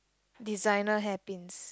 designer hairpins